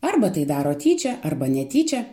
arba tai daro tyčia arba netyčia